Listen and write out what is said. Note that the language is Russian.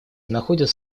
находит